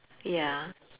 ya